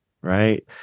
right